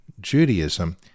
Judaism